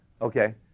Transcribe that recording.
Okay